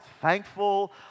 thankful